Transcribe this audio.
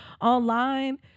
online